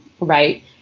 Right